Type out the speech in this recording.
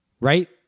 Right